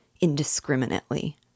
indiscriminately